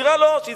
דירה לא, שיסתדר.